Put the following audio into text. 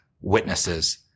witnesses